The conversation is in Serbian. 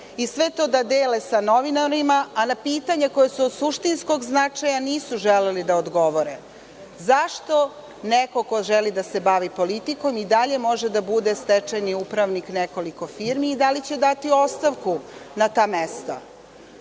i sve to da dele sa novinarima, a na pitanja koja su od suštinskog značaja nisu želeli da odgovore. Zašto neko ko želi da se bavi politikom i dalje može da bude stečajni upravnik nekoliko firmi i da li će dati ostavku na ta mesta?S